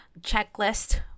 checklist